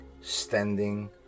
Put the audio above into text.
standing